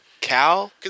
Cal